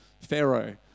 Pharaoh